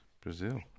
Brazil